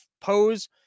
pose